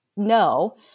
no